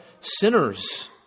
sinners